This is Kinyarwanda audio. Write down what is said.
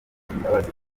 imbabazi